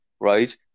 right